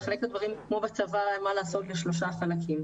כמו בצבא, אני אחלק את הדברים שלי לשלושה חלקים.